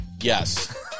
Yes